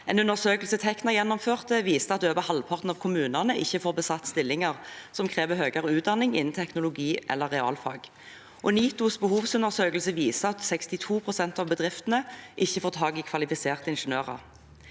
En undersøkelse Tekna gjennomførte, viste at over halvparten av kommunene ikke får besatt stillinger som krever høyere utdanning innen teknologi eller realfag. NITOs behovsundersøkelse viser at 62 pst. av bedriftene ikke får tak i kvalifiserte ingeniører.